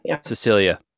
Cecilia